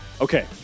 Okay